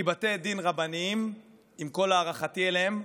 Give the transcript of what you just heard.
כי בתי דין רבניים, עם כל הערכתי אליהם,